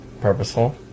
purposeful